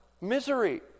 Misery